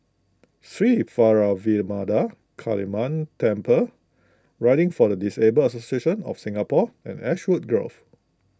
Sri Vairavimada Kaliamman Temple Riding for the Disabled Association of Singapore and Ashwood Grove